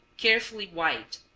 carefully wiped,